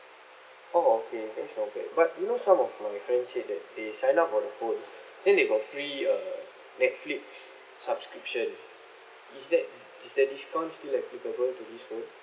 oh okay that's not bad but you know some of my friends said that they sign up for the phone then they got free uh netflix subscription is that is that discount still applicable to this phone